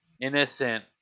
innocent